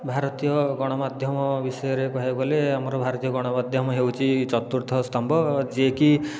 ଭାରତୀୟ ଗଣମାଧ୍ୟମ ବିଷୟରେ କହିବାକୁ ଗଲେ ଆମର ଭାରତୀୟ ଗଣମାଧ୍ୟମ ହେଉଛି ଚତୁର୍ଥ ସ୍ତମ୍ଭ ଯିଏକି